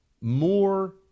more